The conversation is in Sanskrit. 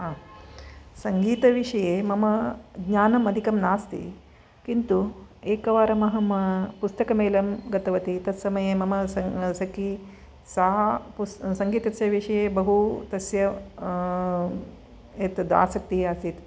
हा सङ्गीतविषये मम ज्ञानम् अधिकं नास्ति किन्तु एकवारमहं पुस्तकमेलं गतवती तत्समये मम सखी सा सङ्गीतस्य विषये बहु तस्य एतद् आसक्तिः आसीत्